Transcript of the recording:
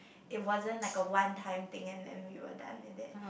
it wasn't like a one time thing and then we were done with it